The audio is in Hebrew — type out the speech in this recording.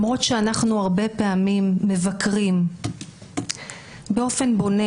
הרבה פעמים מבקרים באופן בונה,